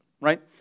right